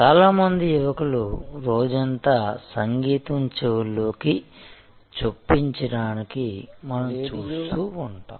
చాలా మంది యువకులు రోజంతా సంగీతం చెవుల్లోకి చొప్పించడానికి మనం చూస్తూ ఉంటాం